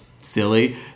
silly